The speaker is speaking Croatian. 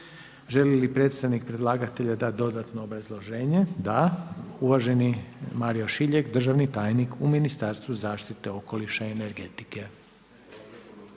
Želi li predstavnik predlagatelja dati dodatno obrazloženje? Da. Uvaženi Mario Šiljeg, državni tajnik u Ministarstvu zaštite okoliša i energetike.